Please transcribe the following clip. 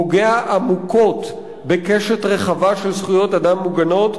פוגע עמוקות בקשת רחבה של זכויות אדם מוגנות,